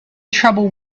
trouble